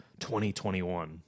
2021